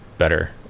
better